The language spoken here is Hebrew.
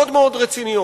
מאוד מאוד רציניות.